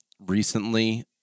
recently